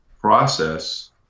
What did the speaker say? process